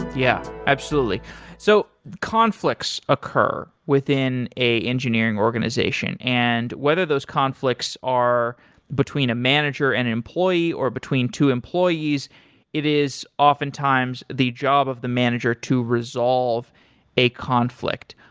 yeah, absolutely. so conflicts occur within a engineering organization. and whether those conflicts are between a manager and employee, or between two employees it is oftentimes the job of the manager to resolve a conflict.